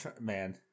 Man